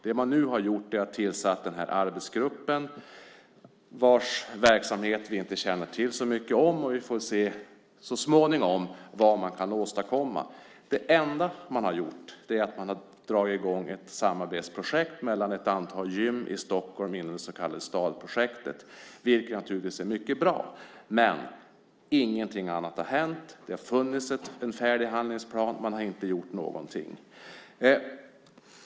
Det man nu har gjort är att man har tillsatt arbetsgruppen vars verksamhet vi inte vet så mycket om. Så småningom får vi väl se vad den kan åstadkomma. Det enda man har gjort är att man har dragit i gång ett samarbetsprojekt mellan ett antal gym i Stockholm, inom det så kallade STAD-projektet. Det är naturligtvis bra, men ingenting annat har hänt. Det har alltså funnits en färdig handlingsplan. Ändå har man inte gjort någonting.